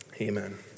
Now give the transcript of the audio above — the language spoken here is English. amen